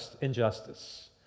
injustice